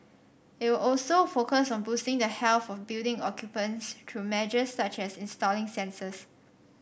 it will also focus on boosting the health of building occupants through measures such as installing sensors